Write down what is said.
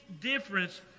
difference